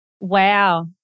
Wow